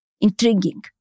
intriguing